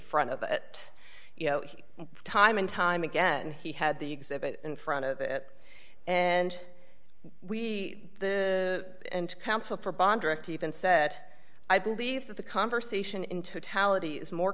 front of it you know time and time again he had the exhibit in front of it and we the counsel for bond direct even said i believe that the conversation